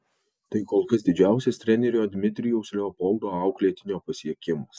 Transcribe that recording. tai kol kas didžiausias trenerio dmitrijaus leopoldo auklėtinio pasiekimas